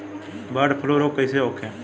Bird flu रोग कईसे होखे?